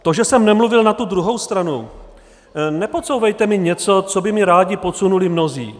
To, že jsem nemluvil na tu druhou stranu nepodsouvejte mi něco, co by mi rádi podsunuli mnozí.